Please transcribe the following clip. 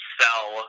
sell